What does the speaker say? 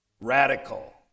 Radical